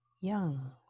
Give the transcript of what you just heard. young